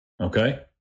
Okay